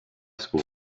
school